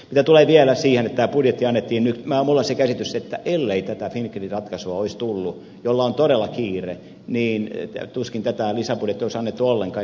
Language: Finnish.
mitä tulee vielä siihen että tämä budjetti annettiin nyt minulla on se käsitys että ellei tätä fingrid ratkaisua olisi tullut jolla on todella kiire niin tuskin tätä lisäbudjettia olisi annettu ollenkaan